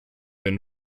been